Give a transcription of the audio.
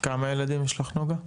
כמה ילדים יש לך נגה?